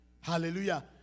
hallelujah